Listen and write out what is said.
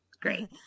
Great